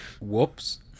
Whoops